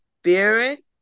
spirit